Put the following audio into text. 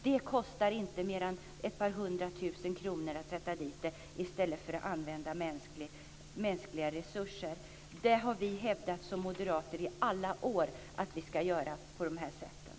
Det kostar inte mer än ett par hundra tusen kronor att sätta dit hundar i stället för att använda mänskliga resurser. Vi moderater har i alla år hävdat att vi ska göra på de här sätten.